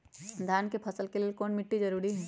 धान के फसल के लेल कौन मिट्टी जरूरी है?